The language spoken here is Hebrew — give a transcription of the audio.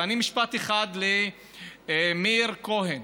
ואני, משפט אחד למאיר כהן,